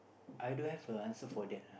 I don't have a answer for that lah